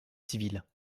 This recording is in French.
civile